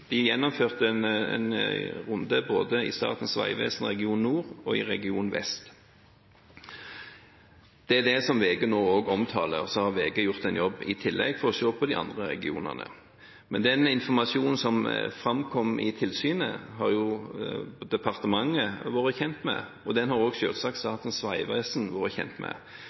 De gjennomførte en runde i Statens vegvesen både i region Nord og i region Vest, og det er det VG nå omtaler. Så har VG gjort en jobb i tillegg for å se på de andre regionene. Den informasjonen som framkom i tilsynet, har departementet, og selvsagt også Statens vegvesen, vært kjent med. De har erkjent at det har vært manglende inspeksjonsrutiner og